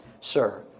Sir